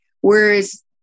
Whereas